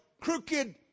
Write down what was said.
crooked